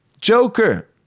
Joker